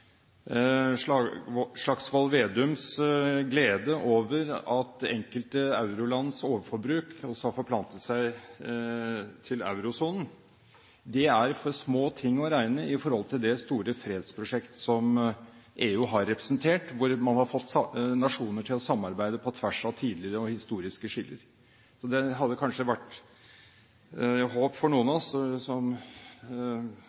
Slagsvold Vedums glede over at enkelte eurolands overforbruk også har forplantet seg til eurosonen. Det er for små ting å regne i forhold til det store fredsprosjektet som EU har representert, hvor man har fått nasjoner til å samarbeide på tvers av tidligere og historiske skiller. Det hadde kanskje vært å håpe – for noen av